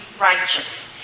righteous